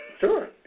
Sure